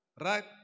Right